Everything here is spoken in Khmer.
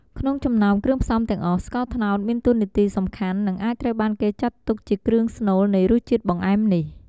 ក្នុងចំណោមគ្រឿងផ្សំទាំងអស់ ស្ករត្នោត មានតួនាទីសំខាន់ និងអាចត្រូវបានគេចាត់ទុកជាគ្រឿងស្នូលនៃរសជាតិបង្អែមនេះ។